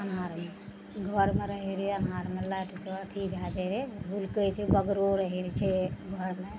अन्हारमे घरमे रहै रहै अन्हारमे लाइटके अथी भऽ जाइ रहै हुल्कै छै बगरो रहै रहै छै घरमे